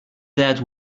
that